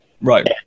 Right